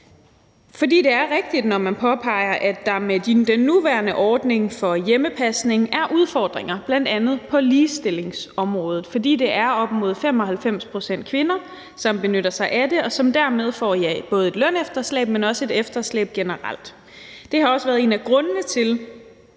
For det er rigtigt, når man påpeger, at der med den nuværende ordning for hjemmepasning er udfordringer, bl.a. på ligestillingsområdet. For det er op mod 95 pct. kvinder, som benytter sig af det, og som dermed får både et lønefterslæb, men også et efterslæb generelt. Det har også været en af grundene til,